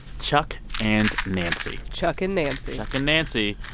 chuck and nancy chuck and nancy chuck and nancy